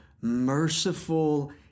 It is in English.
merciful